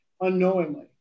unknowingly